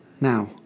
Now